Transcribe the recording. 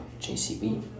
JCB